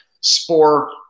Spore